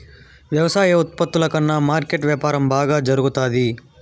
వ్యవసాయ ఉత్పత్తుల కన్నా మార్కెట్ వ్యాపారం బాగా జరుగుతాది